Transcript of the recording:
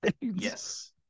Yes